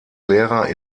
lehrer